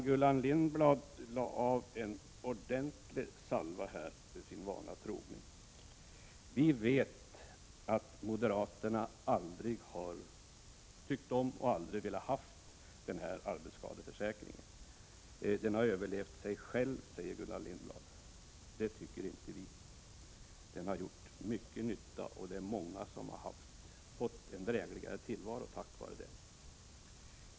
Gullan Lindblad lade av en ordentlig salva, sin vana trogen. Vi vet att moderaterna aldrig har tyckt om eller velat ha denna arbetsskadeförsäkring. Den har överlevt sig själv, säger Gullan Lindblad. Det tycker inte vi. Den har gjort mycket nytta, och många har fått en drägligare tillvaro tack vare den.